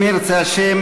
אם ירצה השם,